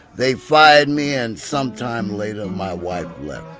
they fired me and sometime later my wife left,